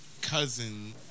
cousin